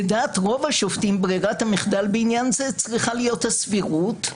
לדעת רוב השופטים ברירת המחדל בעניין זה צריכה להיות הסבירות.